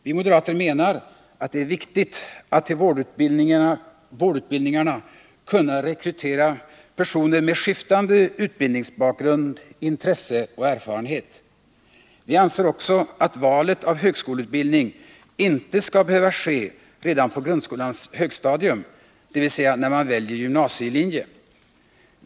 Vi moderater menar att det är viktigt att till vårdutbildningarna kunna rekrytera personer med skiftande utbildningsbakgrund, intressen och erfarenhet. Vi anser också att valet av högskoleutbildning inte skall behöva ske redan på grundskolans högstadium, dvs. när man väljer gymnasielinje.